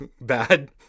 bad